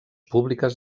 públiques